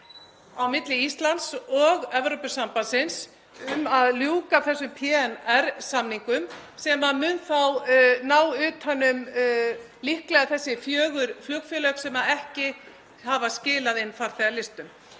á milli Íslands og Evrópusambandsins um að ljúka þessum PNR-samningum sem munu þá ná utan um líklega þessi fjögur flugfélög sem ekki hafa skilað inn farþegalistum.